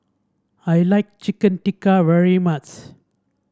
I like Chicken Tikka very much